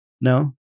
No